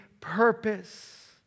purpose